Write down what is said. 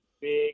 big